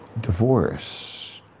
divorce